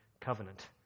covenant